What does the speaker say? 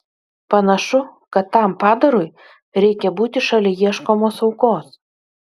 panašu kad tam padarui reikia būti šalia ieškomos aukos